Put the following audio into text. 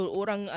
orang